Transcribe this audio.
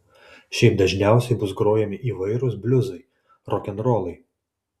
šiaip dažniausiai bus grojami įvairūs bliuzai rokenrolai